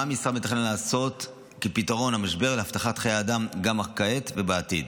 מה המשרד מתכנן לעשות כפתרון למשבר ולהבטחת חיי אדם כעת וגם בעתיד,